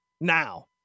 now